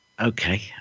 Okay